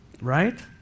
right